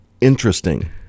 interesting